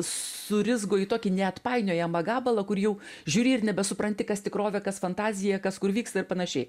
surizgo į tokį neatpainiojamą gabalą kur jau žiūri ir nebesupranti kas tikrovė kas fantazija kas kur vyksta ir panašiai